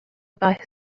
about